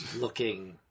looking